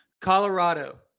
Colorado